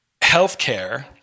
healthcare